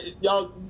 y'all